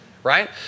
Right